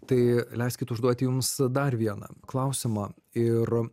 tai leiskit užduoti jums dar vieną klausimą ir